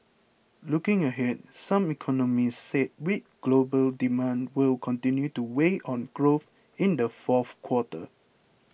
looking ahead some economists said weak global demand will continue to weigh on growth in the fourth quarter